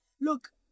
look